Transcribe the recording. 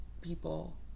people